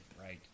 right